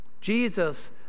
Jesus